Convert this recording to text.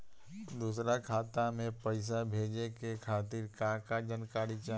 दूसर खाता में पईसा भेजे के खातिर का का जानकारी चाहि?